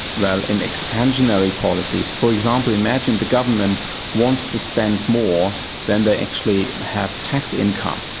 well, in expansionary policies. for example, imagine the government wants to spend more than they actually have tax income,